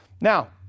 Now